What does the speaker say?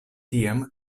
tiam